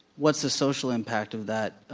what's the social impact of that,